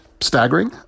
staggering